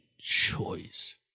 choice